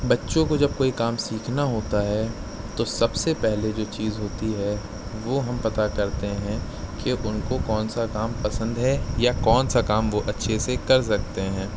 بچوں کو جب کوئی کام سیکھنا ہوتا ہے تو سب سے پہلے جو چیز ہوتی ہے وہ ہم پتا کرتے ہیں کہ ان کو کون سا کام پسند ہے یا کون سا کام وہ اچھے سے کر سکتے ہیں